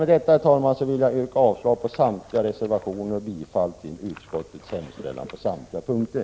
Med detta vill jag yrka avslag på alla reservationer och bifall till utskottets hemställan på samtliga punkter.